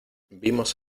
vimos